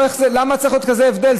למה צריך להיות כזה הבדל?